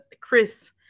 Chris